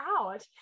out